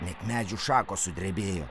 net medžių šakos sudrebėjo